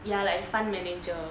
ya like fund manager